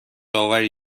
آوری